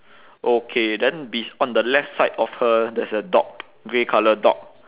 okay then be~ on the left side of her there's a dog grey colour dog